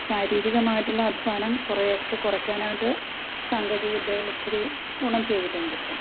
ശാരീരികമായിട്ടുള്ള അധ്വാനം കുറെയൊക്കെ കുറയ്ക്കാനായിട്ട് സാങ്കേതിക വിദ്യകൾ ഒത്തിരി ഗുണം ചെയ്തിട്ടുണ്ട് ഇപ്പം